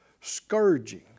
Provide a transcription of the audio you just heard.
Scourging